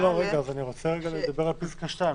רגע, אני רוצה לדבר על פסקה (2).